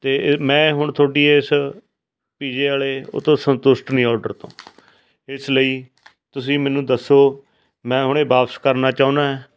ਅਤੇ ਇਹ ਮੈਂ ਹੁਣ ਤੁਹਾਡੀ ਇਸ ਪੀਜੇ ਵਾਲੇ ਉਹ ਤੋਂ ਸੰਤੁਸ਼ਟ ਨਹੀਂ ਔਡਰ ਤੋਂ ਇਸ ਲਈ ਤੁਸੀਂ ਮੈਨੂੰ ਦੱਸੋ ਮੈਂ ਹੁਣੇ ਵਾਪਸ ਕਰਨਾ ਚਾਹੁੰਦਾ ਹੈ